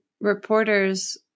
reporters